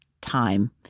time